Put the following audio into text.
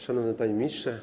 Szanowny Panie Ministrze!